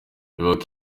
bivugwa